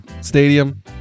stadium